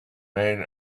made